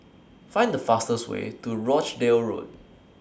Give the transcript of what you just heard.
Find The fastest Way to Rochdale Road